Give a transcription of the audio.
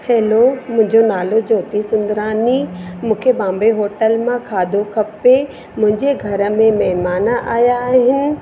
hello मुंहिंजो नालो ज्योति सुंधरानी मूंखे बॉम्बे होटल मां खाधो खपे मुंहिंजे घर में महिमान आहियां आहिनि